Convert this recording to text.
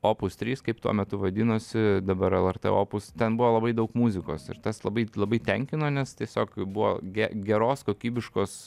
opus trys kaip tuo metu vadinosi dabar lrt opus ten buvo labai daug muzikos ir tas labai labai tenkino nes tiesiog buvo ge geros kokybiškos